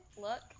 look